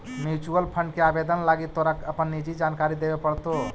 mutual fund के आवेदन लागी तोरा अपन निजी जानकारी देबे पड़तो